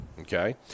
Okay